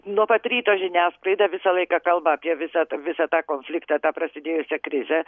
nuo pat ryto žiniasklaida visą laiką kalba apie visą visą tą konfliktą tą prasidėjusią krizę